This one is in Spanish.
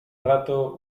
rato